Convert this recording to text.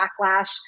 backlash